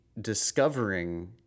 discovering